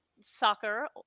soccer